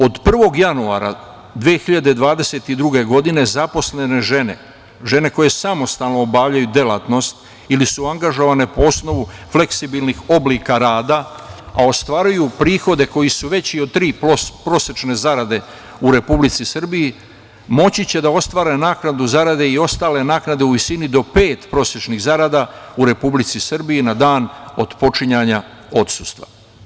Od 1. januara 2022. godine zaposlene žene, žene koje samostalno obavljaju delatnost ili su angažovane po osnovu fleksibilnih oblika rada, a ostvaruju prihode koji su veći od tri prosečne zarade u Republici Srbiji moći će da ostvare naknadu zarade i ostale naknade u visini do pet prosečnih zarada u Republici Srbiji na dan otpočinjanja odsustva.